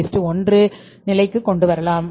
33 1 நிலைக்கு கொண்டு வரலாம்